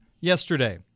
yesterday